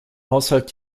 haushalt